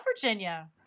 Virginia